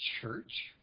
church